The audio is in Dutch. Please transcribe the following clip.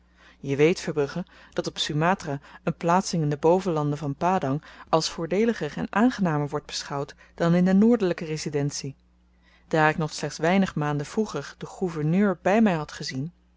je weet verbrugge dat op sumatra een plaatsing in de bovenlanden van padang als voordeeliger en aangenamer wordt beschouwd dan in de noordelyke residentie daar ik nog slechts weinig maanden vroeger den gouverneur by my had gezien straks